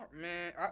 man